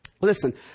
Listen